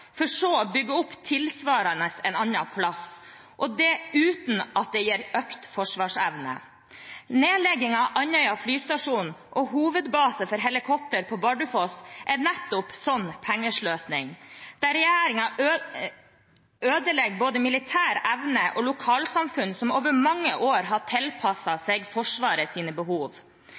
for så å bygge opp det tilsvarende en annen plass – og det uten at det gir økt forsvarsevne. Nedleggingen av Andøya flystasjon og hovedbasen for helikopter på Bardufoss er nettopp slik pengesløsing, der regjeringen ødelegger både militær evne og lokalsamfunn som over mange år har tilpasset seg Forsvarets behov.